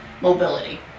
mobility